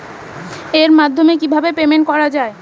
এর মাধ্যমে কিভাবে পেমেন্ট করা য়ায়?